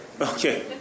Okay